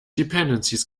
dependencies